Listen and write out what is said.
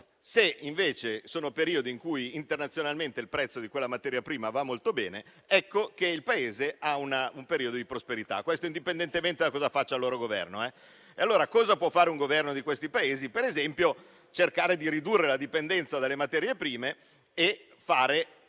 mentre in periodi in cui internazionalmente il prezzo di quella materia prima va molto bene, ecco che il Paese ha una un periodo di prosperità, indipendentemente da cosa faccia il Governo. E allora cosa può fare il Governo di uno di quei Paesi? Può, ad esempio, cercare di ridurre la dipendenza dalle materie prime e fare